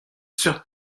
seurt